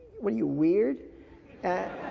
what are you, weird at